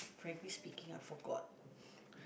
frankly speaking I forgot